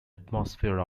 atmosphere